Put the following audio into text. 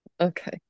Okay